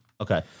Okay